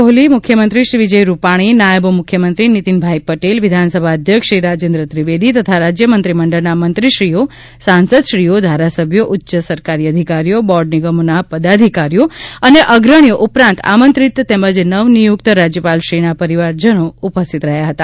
કોહલી મુખ્યમંત્રી શ્રી વિજયભાઈ રૂપાલી નાયબ મુખ્યમંત્રી શ્રી નીતિનભાઈ પટેલ વિધાનસભા અધ્યક્ષશ્રી રાજેન્દ્ર ત્રિવેદી તથા રાજ્ય મંત્રીમંડળના મંત્રીશ્રીઓ સાંસદશ્રીઓ ધારાસભ્યો ઉચ્ચ સરકારી અધિકારીઓ બોર્ડ નિગમોના પદાધિકારીઓ અને અગ્રણીઓ ઉપરાંત આમંત્રિતો તેમજ નવનિયુક્ત રાજ્યપાલશ્રીના પરિવારજનો ઉપસ્થિત રહ્યા હતા